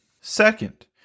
Second